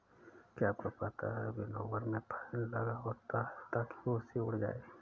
क्या आपको पता है विनोवर में फैन लगा होता है ताकि भूंसी उड़ जाए?